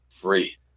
free